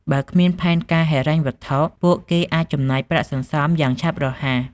បើគ្មានផែនការហិរញ្ញវត្ថុ ពួកគេអាចចំណាយប្រាក់សន្សំយ៉ាងឆាប់រហ័ស។